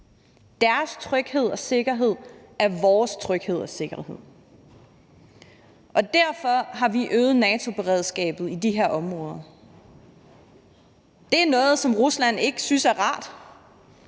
Deres tryghed og sikkerhed er vores tryghed og sikkerhed. Og derfor har vi øget NATO-beredskabet i de her områder. Det er noget, som Rusland ikke synes er rart,